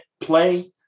play